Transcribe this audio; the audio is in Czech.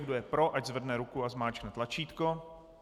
Kdo je pro, ať zvedne ruku a zmáčkne tlačítko.